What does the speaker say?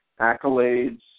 accolades